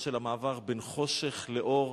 המעבר בין חושך לאור,